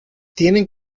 tienen